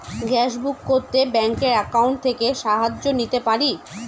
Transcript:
Gas book করতে ব্যাংকের account থেকে সাহায্য নিতে পারি?